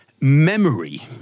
memory